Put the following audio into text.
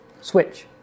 Switch